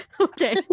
okay